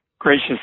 gracious